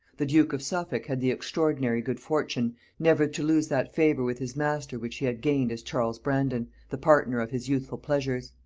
the duke of suffolk had the extraordinary good fortune never to lose that favor with his master which he had gained as charles brandon, the partner of his youthful pleasures.